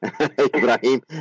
Ibrahim